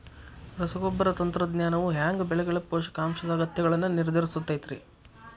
ರಸಗೊಬ್ಬರ ತಂತ್ರಜ್ಞಾನವು ಹ್ಯಾಂಗ ಬೆಳೆಗಳ ಪೋಷಕಾಂಶದ ಅಗತ್ಯಗಳನ್ನ ನಿರ್ಧರಿಸುತೈತ್ರಿ?